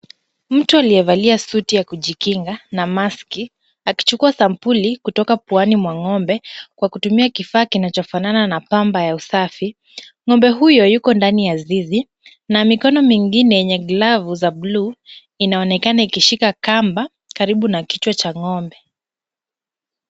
Mtu aliyevalia suti ya kujikinga na maski , akichukua sampuli kutoka puani mwa ng'ombe kwa kutumia kifaa kinachofanana na pamba ya usafi. Ng'ombe huyo yuko ndani ya zizi na mikono mingine yenye glavu za buluu, inaonekana ikishika kamba karibu na kichwa cha ng'ombe.